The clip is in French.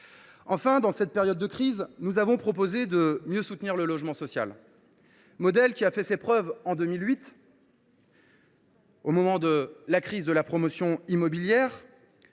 Enfin, dans cette période de crise, nous avons proposé de mieux soutenir le logement social. Ce modèle a fait ses preuves en 2008, au moment de la crise de la promotion immobilière,